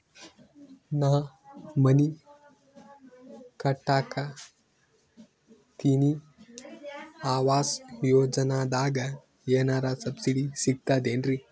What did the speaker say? ನಾ ಮನಿ ಕಟಕತಿನಿ ಆವಾಸ್ ಯೋಜನದಾಗ ಏನರ ಸಬ್ಸಿಡಿ ಸಿಗ್ತದೇನ್ರಿ?